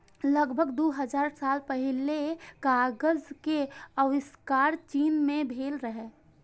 लगभग दू हजार साल पहिने कागज के आविष्कार चीन मे भेल रहै